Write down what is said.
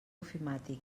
ofimàtic